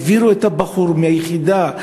העבירו את הבחור מהיחידה.